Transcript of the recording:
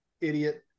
idiot